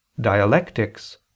dialectics